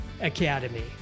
Academy